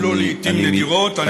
גם לעתים נדירות.